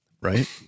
right